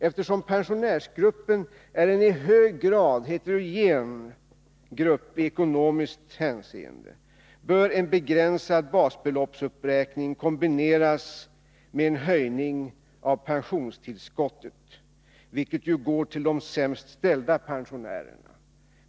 Eftersom pensionärsgruppen är en i hög grad heterogen grupp i ekonomiskt hänseende, bör en begränsad basbeloppsuppräkning kombineras med en höjning av pensionstillskottet, vilket går till de sämst ställda pensionärerna.